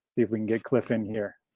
if we can get cliff in here.